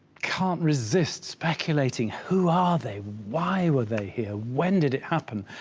can't resist speculating who are they? why were they here? when did it happen?